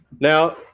Now